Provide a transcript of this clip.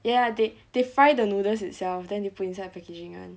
ya they they fry the noodles itself then you put inside packaging [one]